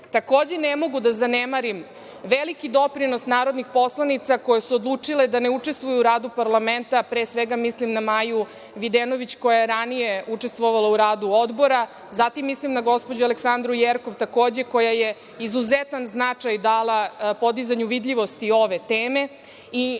deci. Takođe, ne mogu da zanemarim veliki doprinos narodnih poslanica koje su odlučile da ne učestvuju u radu parlamenta. Pre svega mislim na Maju Videnović koja je ranije učestvovala u radu Odbora. Zatim mislim na gospođu Aleksandru Jerkov, takođe, koja je izuzetan značaj dala podizanju vidljivosti ove teme.